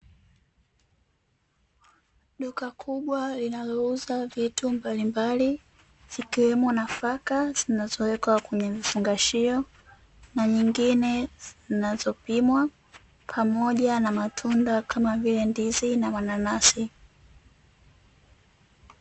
Duka kubwa linalouza vitu mbalimbali, zikiwemo: nafaka zinazowekwa kwenye vifungashio na nyingine zinazopimwa, pamoja na matunda kama vile: ndizi na mananasi.